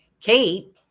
Kate